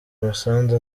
umusanzu